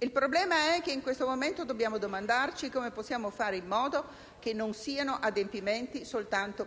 Il problema è che in questo momento dobbiamo domandarci come possiamo far sì che non siano soltanto adempimenti